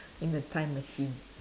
in the time machine